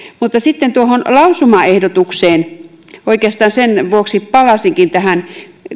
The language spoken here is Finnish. mutta sitten tuohon lausumaehdotukseen oikeastaan sen vuoksi palasinkin tähän